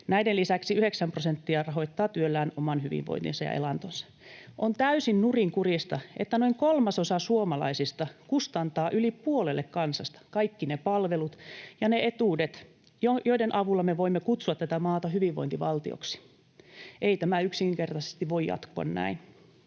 Näiden lisäksi yhdeksän prosenttia rahoittaa työllään oman hyvinvointinsa ja elantonsa. On täysin nurinkurista, että noin kolmasosa suomalaisista kustantaa yli puolelle kansasta kaikki ne palvelut ja ne etuudet, joiden avulla me voimme kutsua tätä maata hyvinvointivaltioksi. Ei tämä yksinkertaisesti voi jatkua näin.